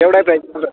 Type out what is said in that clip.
एउटै प्राइज